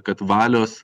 kad valios